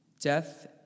death